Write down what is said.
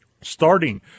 starting